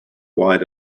white